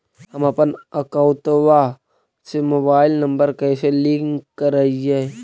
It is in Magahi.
हमपन अकौउतवा से मोबाईल नंबर कैसे लिंक करैइय?